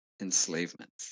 enslavement